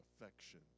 affection